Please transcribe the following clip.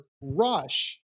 Rush